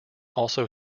also